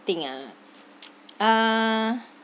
think ah uh